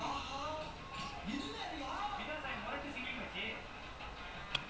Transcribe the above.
but ya lah hopefully he can cut because he say so far only cut one point five so need cut three point five